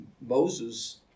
Moses